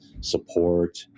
support